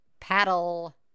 paddle